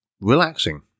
relaxing